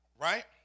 right